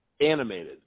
animated